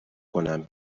کنم